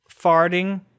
farting